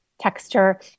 texture